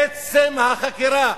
עצם החקירה